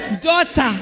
Daughter